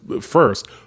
first